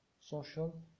social